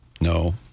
no